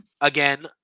Again